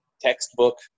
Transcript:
textbook